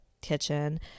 kitchen